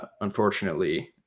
unfortunately